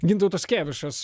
gintautas kėvišas